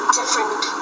different